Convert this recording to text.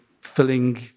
filling